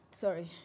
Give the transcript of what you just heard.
Sorry